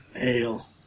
Ale